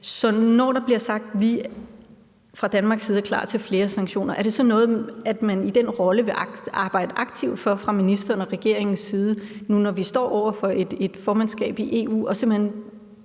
Så når der bliver sagt, at vi fra Danmarks side er klar til flere sanktioner, er det så noget, man i den rolle vil arbejde aktivt for fra ministeren og regeringens side nu, når vi står over for et formandskab i EU? Vil man simpelt hen